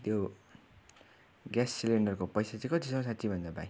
त्यो ग्यास सिलिन्डरको पैसा चाहिँ कति छ हौ साँच्ची भन्दा भाइ